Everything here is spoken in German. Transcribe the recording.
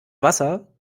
wasser